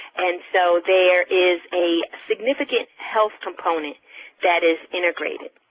and so there is a significant health component that is integrated.